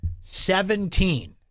Seventeen